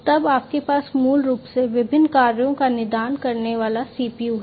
तब आपके पास मूल रूप से विभिन्न कार्यों का निदान करने वाला CPU है